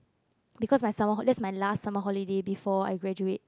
because my summer that's my last summer holiday before I graduate